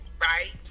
right